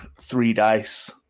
three-dice